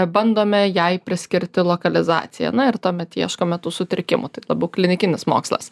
bandome jai priskirti lokalizaciją na ir tuomet ieškome tų sutrikimų tai labiau klinikinis mokslas